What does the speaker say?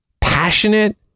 passionate